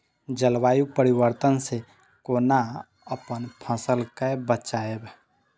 जलवायु परिवर्तन से कोना अपन फसल कै बचायब?